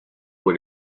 fue